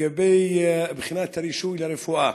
לגבי בחינת הרישוי לרפואה,